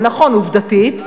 זה נכון עובדתית,